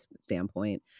standpoint